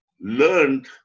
learned